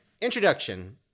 introduction